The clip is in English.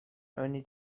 only